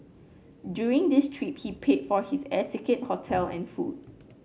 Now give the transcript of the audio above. during this trip he paid for his air ticket hotel and food